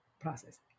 process